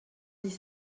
dix